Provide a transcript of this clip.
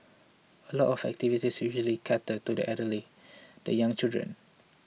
a lot of activities usually cater to the elderly the young children